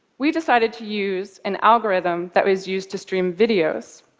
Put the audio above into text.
we decided to use an algorithm that was used to stream videos.